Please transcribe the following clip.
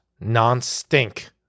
non-stink